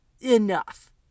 Enough